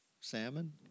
Salmon